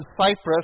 Cyprus